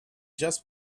just